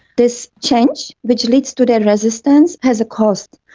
this change which leads to the resistance has a cost,